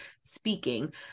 speaking